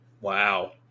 Wow